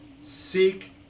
Seek